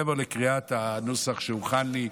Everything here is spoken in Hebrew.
מעבר לקריאת הנוסח שהוכן לי,